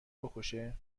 بکشه